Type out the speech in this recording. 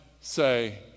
say